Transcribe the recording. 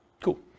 Cool